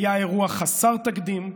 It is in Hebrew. היה אירוע חסר תקדים,